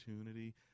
opportunity